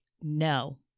no